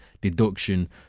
deduction